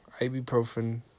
Ibuprofen